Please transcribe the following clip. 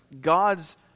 God's